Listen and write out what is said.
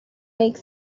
make